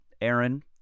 Aaron